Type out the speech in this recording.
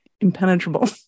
impenetrable